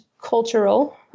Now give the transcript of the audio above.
cultural